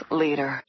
leader